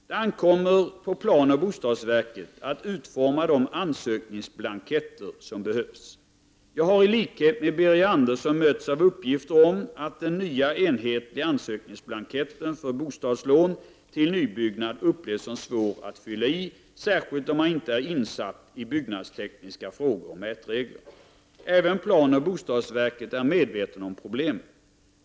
Det ankommer på planoch bostadsverket att utforma de ansökningsblanketter som behövs. Jag har i likhet med Birger Andersson mötts av uppgifter om att de nya enhetliga ansökningsblanketter för bostadslån till nybyggnad upplevs som svår att fylla i, särskilt om man inte är insatt i byggnadstekniska frågor och mätregler. Även planoch bostadsverket är medvetet om problemet.